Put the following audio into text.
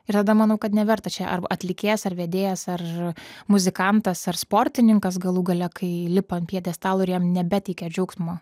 ir tada manau kad neverta čia ar atlikėjas ar vedėjas ar muzikantas ar sportininkas galų gale kai lipa ant pjedestalo ir jam nebeteikia džiaugsmo